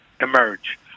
emerge